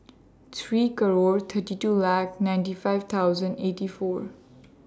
three twenty two laugh ninety five hundred eighty four